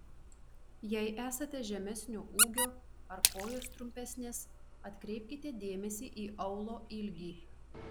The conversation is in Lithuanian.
jei esate žemesnio ūgio ar kojos trumpesnės atkreipkite dėmesį į aulo ilgį